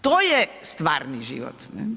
To je stvarni život.